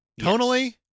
Tonally